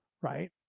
right